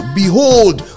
behold